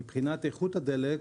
מבחינת איכות הדלק,